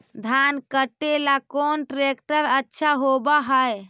धान कटे ला कौन ट्रैक्टर अच्छा होबा है?